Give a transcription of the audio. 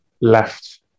left